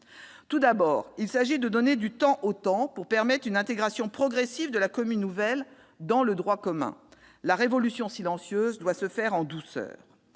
Tout d'abord, il s'agit de donner du temps au temps pour permettre une intégration progressive de la commune nouvelle dans le droit commun. La « révolution silencieuse » doit se faire en douceur